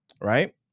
right